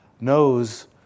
knows